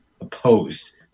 opposed